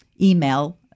email